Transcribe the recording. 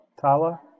Tala